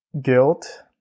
guilt